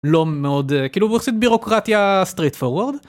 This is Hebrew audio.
לא מאוד כאילו יחסית בירוקרטיה street food.